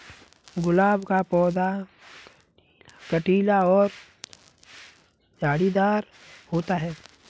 गुलाब का पौधा कटीला और झाड़ीदार होता है